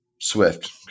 Swift